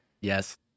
Yes